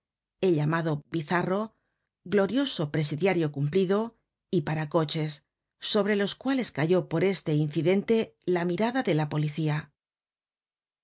el llamado bizarro glorioso presidiario cumplido y para coches sobre los cuales cayó por este incidente la mirada de la policía